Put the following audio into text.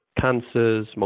cancers